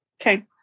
Okay